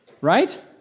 Right